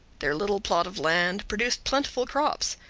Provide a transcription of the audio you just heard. their little plot of land produced plentiful crops.